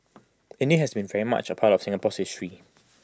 India has been very much A part of Singapore's history